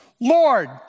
Lord